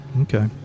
okay